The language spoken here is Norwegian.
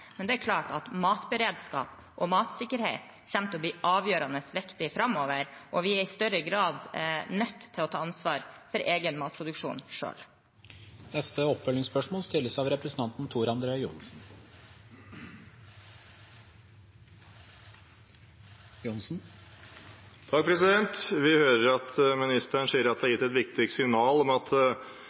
Men det er klart at matberedskap og matsikkerhet kommer til å bli avgjørende viktig framover, og vi er i større grad nødt til å ta ansvar for egen matproduksjon selv. Det blir oppfølgingsspørsmål – først Tor André Johnsen. Vi hører at statsråden sier at det er gitt et viktig signal om at